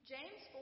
James